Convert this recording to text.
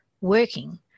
working